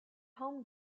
home